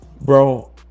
bro